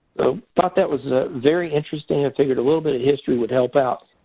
thought that was very interesting. i figured a little bit of history would help out.